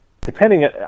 depending